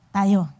Tayo